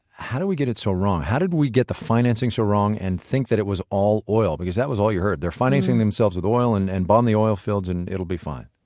how do we get it so wrong? how did we get the financing so wrong and think that it was all oil? bbecause that was all you heard they're financing themselves with oil, and and bomb the oil fields and it'll be fine